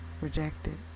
rejected